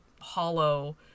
hollow